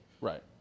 Right